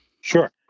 Sure